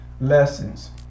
lessons